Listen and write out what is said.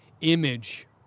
image